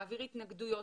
להעביר התנגדויות,